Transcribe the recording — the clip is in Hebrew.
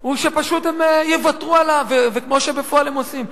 היא שפשוט הם יוותרו עליו, כמו שבפועל הם עושים.